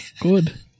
good